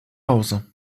hause